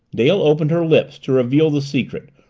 dale opened her lips to reveal the secret,